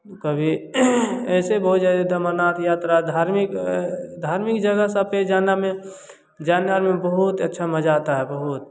कभी ऐसे बहुत अमरनाथ यात्रा धार्मिक धार्मिक जगह सब पर जाना में जाना बहुत अच्छा मज़ा आता है बहूत